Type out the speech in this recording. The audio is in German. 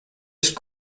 ist